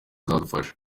bizadufasha